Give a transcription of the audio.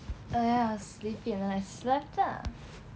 oh ya I was sleepy and then I slept ah